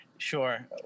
Sure